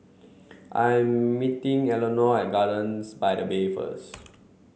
I'm meeting Elinor at Gardens by the Bay first